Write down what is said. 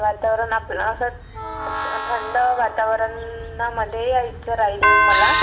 वातावरण आपलं असंच आणि थंड वातावरणामध्ये यायचं राहील मला